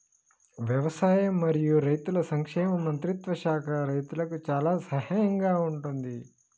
వ్యవసాయం మరియు రైతుల సంక్షేమ మంత్రిత్వ శాఖ రైతులకు చాలా సహాయం గా ఉంటుంది